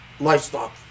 Livestock